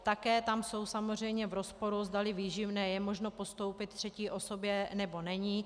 Také tam jsou samozřejmě v rozporu, zdali výživné je možno postoupit třetí osobě, nebo není.